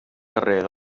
carrer